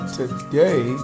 today